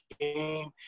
game